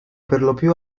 perlopiù